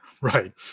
Right